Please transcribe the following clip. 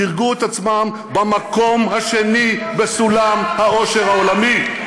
במקום השני בסולם האושר העולמי.